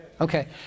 Okay